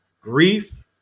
grief